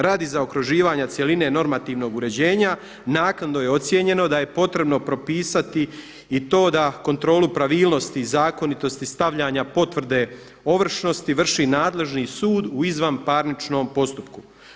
Radi zaokruživanja cjeline normativnog uređenja naknadno je ocijenjeno da je potrebno propisati i to da kontrolu pravilnosti i zakonitosti stavljanja potvrde ovršnosti vrši nadležni sud u izvanparničnom postupku.